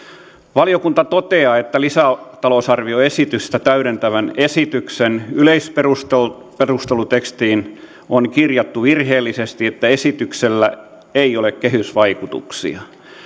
valiokunta toteaa että lisätalousarvioesitystä täydentävän esityksen yleisperustelutekstiin on kirjattu virheellisesti että esityksellä ei ole kehysvaikutuksia